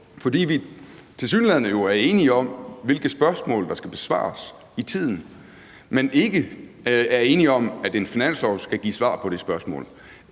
er enige om, hvilket spørgsmål i tiden der skal besvares, men ikke er enige om, at et forslag til finanslov skal give svar på det spørgsmål.